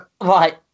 Right